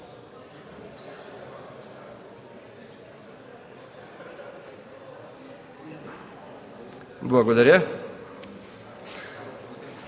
Благодаря.